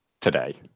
today